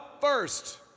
first